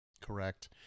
Correct